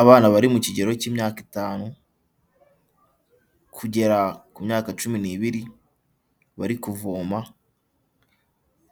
Abana bari mu kigero cy'imyaka itanu kugera ku myaka cumi n'ibiri bari kuvoma